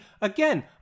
again